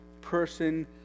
person